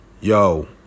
Yo